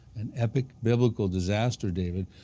an epic biblical disaster, david.